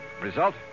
Result